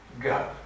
go